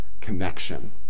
Connection